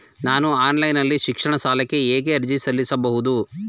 ನಾನು ಆನ್ಲೈನ್ ನಲ್ಲಿ ಶೈಕ್ಷಣಿಕ ಸಾಲಕ್ಕೆ ಹೇಗೆ ಅರ್ಜಿ ಸಲ್ಲಿಸಬಹುದು?